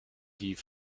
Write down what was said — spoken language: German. die